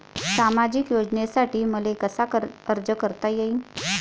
सामाजिक योजनेसाठी मले कसा अर्ज करता येईन?